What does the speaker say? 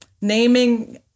naming